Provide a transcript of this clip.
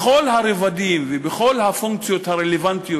בכל הרבדים ובכל הפונקציות הרלוונטיות